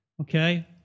okay